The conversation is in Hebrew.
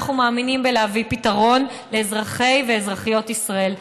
אנחנו מאמינים בלהביא פתרון לאזרחי ואזרחיות ישראל.